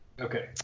Okay